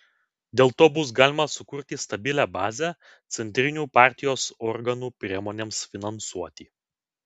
dėl to bus galima sukurti stabilią bazę centrinių partijos organų priemonėms finansuoti